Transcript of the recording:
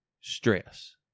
stress